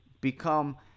become